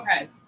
Okay